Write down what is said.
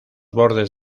bordes